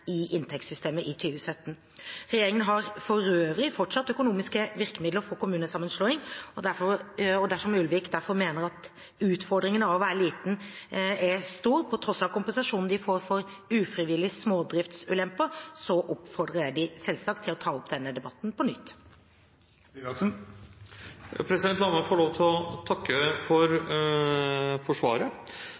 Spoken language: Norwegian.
i inntektssystemet i 2017. Regjeringen har for øvrig fortsatt økonomiske virkemidler for kommunesammenslåing. Dersom Ulvik mener at utfordringen med å være liten er stor, på tross av kompensasjonen de får for ufrivillige smådriftsulemper, oppfordrer jeg dem selvsagt til å ta opp denne debatten på nytt. La meg få lov til å takke for svaret.